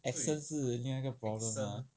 accent 是另一个 problem mah